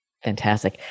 Fantastic